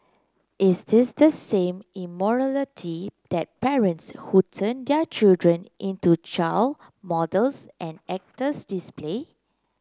is this the same immorality that parents who turn their children into child models and actors display